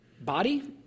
body